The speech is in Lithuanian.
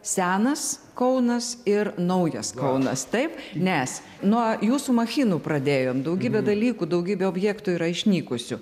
senas kaunas ir naujas kaunas taip nes nuo jūsų machinų pradėjom daugybė dalykų daugybė objektų yra išnykusių